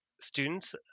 students